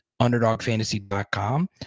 underdogfantasy.com